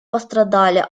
пострадали